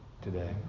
today